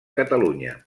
catalunya